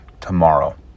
tomorrow